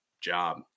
job